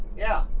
yeah.